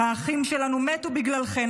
"האחים שלנו מתו בגללכן.